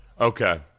Okay